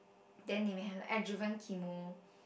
then they might have ad driven chemo